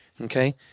okay